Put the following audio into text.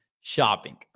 shopping